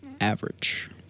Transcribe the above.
average